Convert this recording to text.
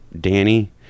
Danny